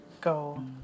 go